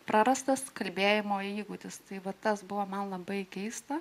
prarastas kalbėjimo įgūdis tai vat tas buvo man labai keista